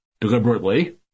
deliberately